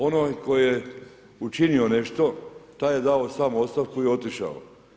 Onaj koji je učinio nešto taj je dao sam ostavku i otišao.